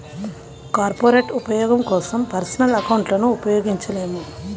corporate ఉపయోగం కోసం personal అకౌంట్లను ఉపయోగించలేము